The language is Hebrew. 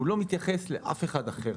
הוא לא מתייחס לאף אחד אחר.